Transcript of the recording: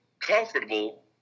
comfortable